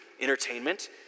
entertainment